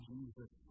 Jesus